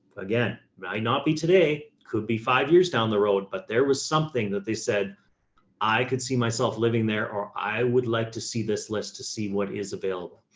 again might not be today, could be five years down the road, but there was something that they said i could see myself living there, or i would like to see this list to see what is available.